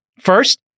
first